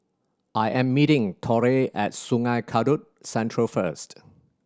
I am meeting Torey at Sungei Kadut Central first